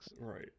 Right